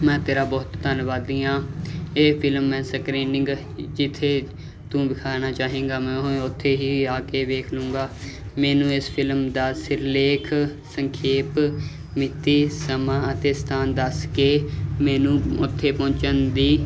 ਮੈਂ ਤੇਰਾ ਬਹੁਤ ਧੰਨਵਾਦੀ ਆਂ ਇਹ ਫਿਲਮ ਹੈ ਸਕਰੀਨਿੰਗ ਜਿੱਥੇ ਤੂੰ ਵਿਖਾਣਾ ਚਾਹੇਗਾ ਮੈਂ ਉੱਥੇ ਹੀ ਆ ਕੇ ਵੇਖ ਲਊਂਗਾ ਮੈਨੂੰ ਇਸ ਫਿਲਮ ਦਾ ਸਿਰਲੇਖ ਸੰਖੇਪ ਮਿਤੀ ਸਮਾਂ ਅਤੇ ਸਥਾਨ ਦੱਸ ਕੇ ਮੈਨੂੰ ਉੱਥੇ ਪਹੁੰਚਣ ਦੀ